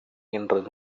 என்ற